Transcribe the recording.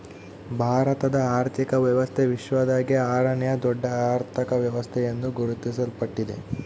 ಭಾರತದ ಆರ್ಥಿಕ ವ್ಯವಸ್ಥೆ ವಿಶ್ವದಾಗೇ ಆರನೇಯಾ ದೊಡ್ಡ ಅರ್ಥಕ ವ್ಯವಸ್ಥೆ ಎಂದು ಗುರುತಿಸಲ್ಪಟ್ಟಿದೆ